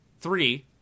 three